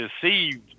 deceived